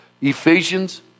Ephesians